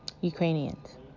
Ukrainians